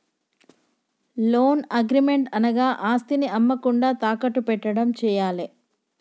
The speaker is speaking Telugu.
లోన్ అగ్రిమెంట్ అనగా ఆస్తిని అమ్మకుండా తాకట్టు పెట్టడం చేయాలే